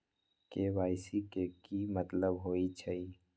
KYC के कि मतलब होइछइ?